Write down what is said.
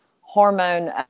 hormone